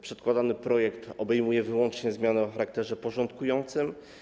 Przedkładany projekt obejmuje wyłącznie zmiany o charakterze porządkującym.